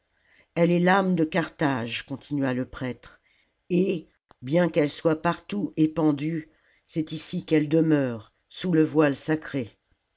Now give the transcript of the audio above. elle est l'âme de carthage continua le prêtre et bien qu'elle soit partout épandue c'est ici qu'elle demeure sous le voile sacré